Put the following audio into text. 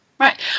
Right